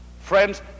Friends